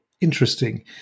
interesting